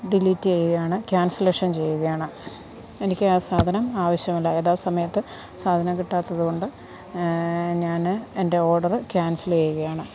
delete ചെയ്യുകയാണ് cancellation ചെയ്യുകയാണ് എനിക്ക് ആ സാധനം ആവശ്യമില്ല യഥാ സമയത്ത് സാധനം കിട്ടാത്തത് കൊണ്ട് ഞാന് എൻ്റെ ഓർഡറ് ക്യാൻസല് ചെയ്യുകയാണ്